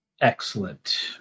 Excellent